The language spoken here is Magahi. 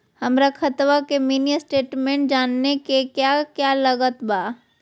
हमरा खाता के मिनी स्टेटमेंट जानने के क्या क्या लागत बा?